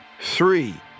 three